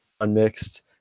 unmixed